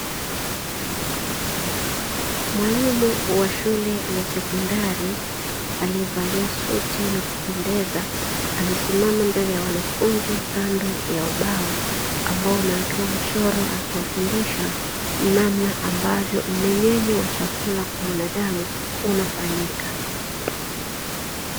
Mwalimu wa shule ya sekondari aliyevalia suti na kupendeza, amesimama mbele ya wanafunzi kando ya ubao ambao umewekewa mchoro. Akiwafundisha namna ambavyo mmeng’enyo wa chakula kwa mwanadamu unafanyika.